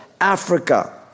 Africa